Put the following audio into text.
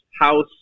house